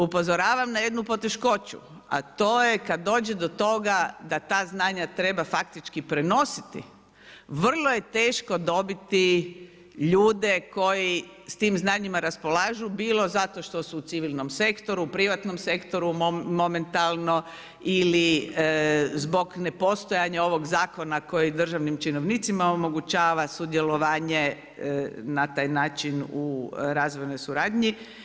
Upozoravam na jednu poteškoću, a to je kad dođe do toga, da ta znanja treba faktički prenositi, vrlo je teško dobiti ljude koji s tim znanjima raspolažu bilo zato što su u civilnom sektoru, privatnom sektoru, momentalno ili zbog nepostojanja ovog zakona koji državnim činovnicima omogućava sudjelovanje na taj način u razvojnoj suradnji.